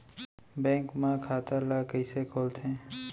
Bank म खाता ल कइसे खोलथे?